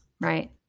Right